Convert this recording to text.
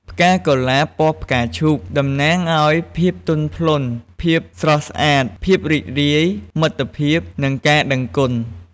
ផ្កាកុលាបពណ៌ផ្កាឈូកតំណាងឱ្យ ភាពទន់ភ្លន់ ភាពស្រស់ស្អាត ភាពរីករាយ មិត្តភាព និងការដឹងគុណ។